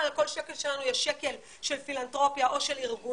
על כל שקל שלנו יש שקל של פילנתרופיה או של ארגונים